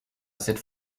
cette